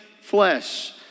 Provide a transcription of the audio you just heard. flesh